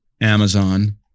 amazon